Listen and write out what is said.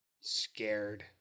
scared